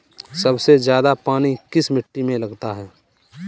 सबसे ज्यादा पानी किस मिट्टी में लगता है?